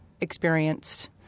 experienced